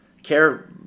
Care